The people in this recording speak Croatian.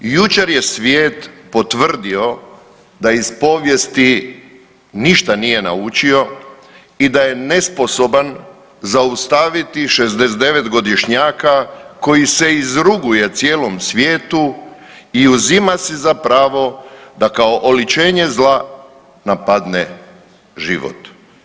Jučer je svijet potvrdio da iz povijesti ništa nije naučio i da je nesposoban zaustaviti 69-godišnjaka koji se izruguje cijelom svijetu i uzima si za pravo da kao oličenje zla napadne život.